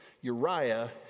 Uriah